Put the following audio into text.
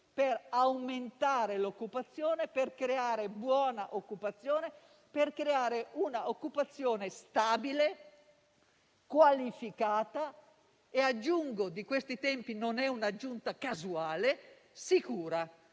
per aumentare l'occupazione, per creare buona occupazione, per creare un'occupazione stabile, qualificata e aggiungo - e di questi tempi non è un'aggiunta casuale - sicura.